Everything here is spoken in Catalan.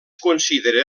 considera